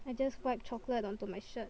I just wiped chocolate onto my shirt